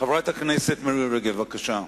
חברת הכנסת מירי רגב, בבקשה.